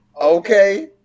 Okay